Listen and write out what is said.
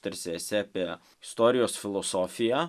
tarsi esė apie istorijos filosofiją